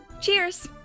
Cheers